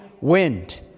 wind